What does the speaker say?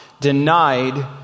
denied